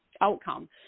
outcome